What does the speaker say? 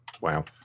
Wow